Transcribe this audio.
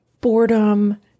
boredom